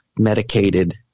medicated